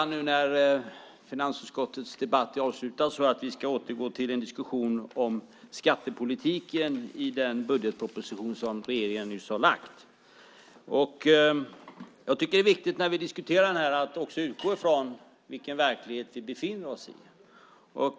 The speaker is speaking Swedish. Nu när finansutskottets debatt är avslutad ska vi återgå till en diskussion om skattepolitiken i den budgetproposition som regeringen nyss har lagt fram. Jag tycker att det är viktigt, när vi diskuterar detta, att också utgå ifrån vilken verklighet vi befinner oss i.